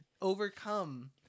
overcome